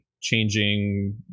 changing